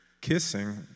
kissing